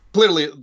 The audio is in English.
Clearly